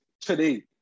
today